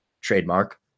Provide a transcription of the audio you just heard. trademark